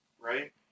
right